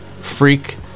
freak